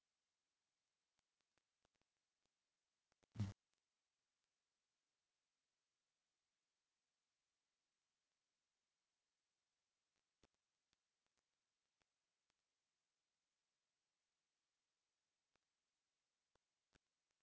mm